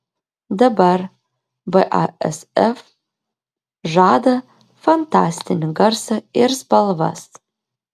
dabar basf žada fantastinį garsą ir spalvas